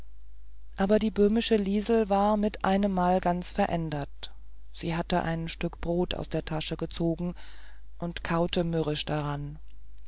auch die böhmische liesel war mit einemmal ganz verändert sie hatte ein stück brot aus der tasche gezogen und kaute mürrisch daran